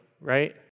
Right